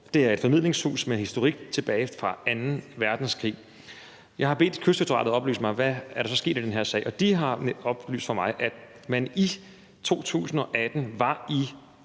Det er et formidlingshus med en historik tilbage fra anden verdenskrig. Jeg har bedt Kystdirektoratet oplyse mig om, hvad der så er sket i den her sag, og de har oplyst for mig, at man i 2018 var i